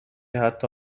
حتی